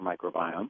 microbiome